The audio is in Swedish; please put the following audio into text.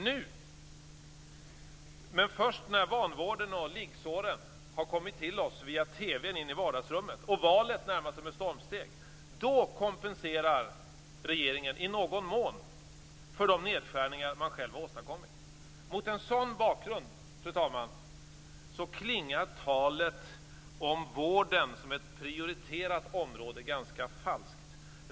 Nu - men först när vanvården och liggsåren har kommit till oss via TV in i vardagsrummen och valet närmar sig med stormsteg - kompenserar regeringen i någon mån för de nedskärningar man själv har åstadkommit. Mot en sådan bakgrund, fru talman, klingar talet om vården som ett prioriterat område ganska falskt.